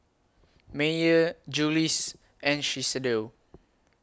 Mayer Julie's and Shiseido